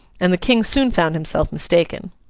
and the king soon found himself mistaken.